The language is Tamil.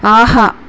ஆஹா